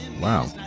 wow